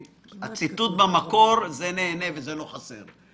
הציטוט במקור: "זה נהנה וזה לא חסר",